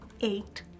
Eight